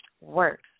works